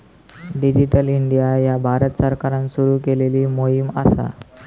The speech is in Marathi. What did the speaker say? डिजिटल इंडिया ह्या भारत सरकारान सुरू केलेली मोहीम असा